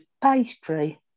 Pastry